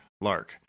Lark